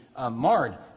marred